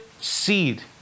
seed